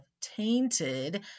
tainted